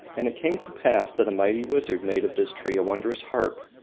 and it came to pass that a mighty wizard made of this tree a wondrous harp,